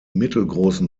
mittelgroßen